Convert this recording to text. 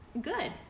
good